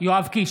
יואב קיש,